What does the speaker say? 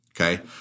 okay